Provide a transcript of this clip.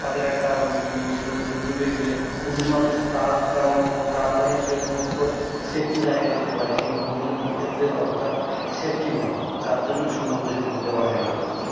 তাদের একটা ডুবে ডুবে গেলে পুরুষ মানুষ তা তাও তাড়াতাড়ি সে সমস্ত সেফটি জায়গায় যেতে পারে কিন্তু মহিলা তাদের ক্ষেত্রে ততটা সেফটি নাই যার জন্য সমুদ্রে যেতে দেওয়া হয় না তাদেরকে